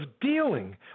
dealing